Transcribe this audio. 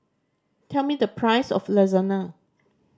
tell me the price of Lasagna